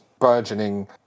burgeoning